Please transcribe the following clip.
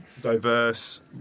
diverse